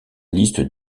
liste